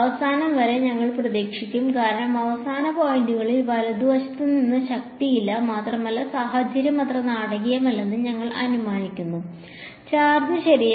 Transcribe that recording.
അവസാനം വരെ ഞങ്ങൾ പ്രതീക്ഷിക്കും കാരണം അവസാന പോയിന്റുകളിൽ വലതുവശത്ത് നിന്ന് ശക്തിയില്ല മാത്രമല്ല സാഹചര്യം അത്ര നാടകീയമല്ലെന്ന് ഞങ്ങൾ അനുമാനിക്കുന്നു ചാർജ് ശരിയല്ല